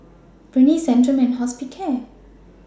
Rene Centrum and Hospicare